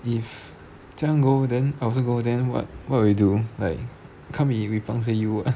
if go then I also go then what would you do like can't be we pangseh you [what]